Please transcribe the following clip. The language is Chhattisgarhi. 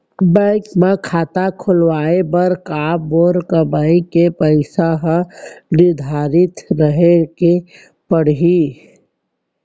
बैंक म खाता खुलवाये बर का मोर कमाई के पइसा ह निर्धारित रहे के पड़ही?